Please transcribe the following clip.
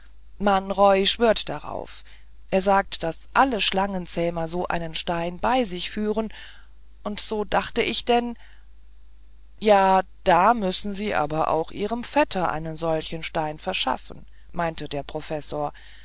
man roy schwört darauf er sagt daß alle schlangenzähmer so einen stein bei sich führen und so dacht ich denn ja da müssen sie aber auch ihrem vetter einen solchen stein verschaffen meinte der professor